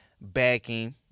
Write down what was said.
backing